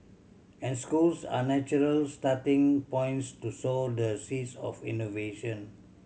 and schools are natural starting points to sow the seeds of innovation